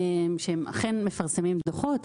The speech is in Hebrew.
שהם אכן מפרסמים דו"חות,